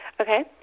okay